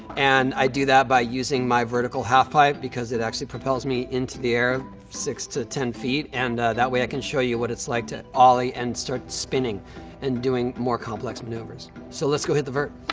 and i do that by using my vertical half pipe because it actually propels me into the air six to ten feet, and that way i can show you what it's like to ollie and start spinning and doing more complex maneuvers. so let's go hit the vert.